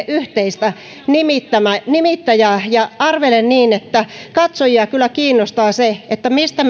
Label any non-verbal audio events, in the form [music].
[unintelligible] yhteistä nimittäjää nimittäjää ja arvelen että katsojia kyllä kiinnostaa se mistä [unintelligible]